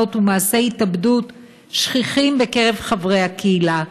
ומעשי התאבדות שכיחים בקרב חברי הקהילה,